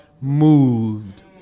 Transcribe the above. moved